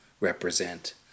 represent